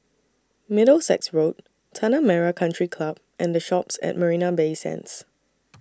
Middlesex Road Tanah Merah Country Club and The Shoppes At Marina Bay Sands